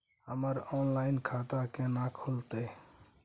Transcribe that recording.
हमर ऑनलाइन खाता केना खुलते?